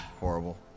horrible